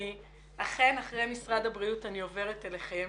אכן אחרי משרד הבריאות אני עוברת אליכם